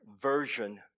version